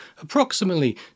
approximately